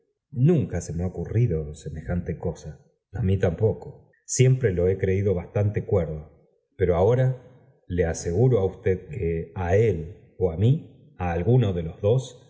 nunca se me ha ocurrido semejante cosa a mi tampoco siempre lo he creído bastante cuerdo pero ahora le aseguro á usted que á él ó a mi a alguno de los dos